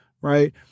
Right